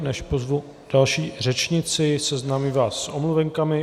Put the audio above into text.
Než pozvu další řečnici, seznámím vás s omluvenkami.